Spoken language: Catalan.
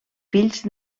fills